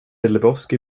lebowski